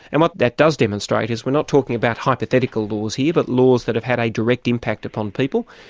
and what that does demonstrate is, we're not talking about hypothetical laws here, but laws that have had a direct impact upon people.